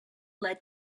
led